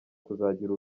kuzagira